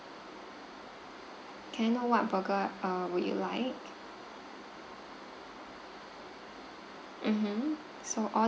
can I know what burger uh would you like mmhmm so all